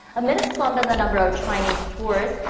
amid a slump in the number of chinese tourists.